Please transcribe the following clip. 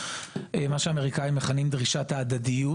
מה שהאמריקאים מכנים דרישת ההדדיות.